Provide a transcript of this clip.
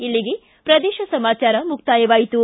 ಇಲ್ಲಿಗೆ ಪ್ರದೇಶ ಸಮಾಚಾರ ಮುಕ್ತಾಯವಾಯಿತು